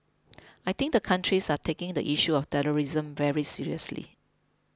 I think the countries are taking the issue of terrorism very seriously